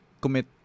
commit